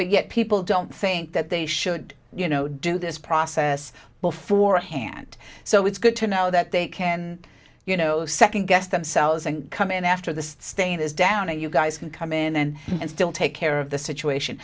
but yet people don't think that they should you know do this process beforehand so it's good to know that they can you know second guess themselves and come in after the state is down and you guys can come in then and still take care of the situation